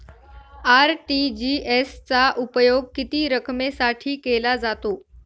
RTGS चा उपयोग किती रकमेसाठी केला जातो?